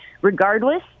regardless